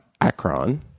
Akron